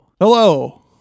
hello